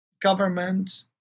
government